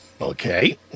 Okay